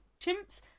chimps